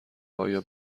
آیا